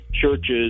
churches